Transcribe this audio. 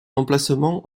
emplacement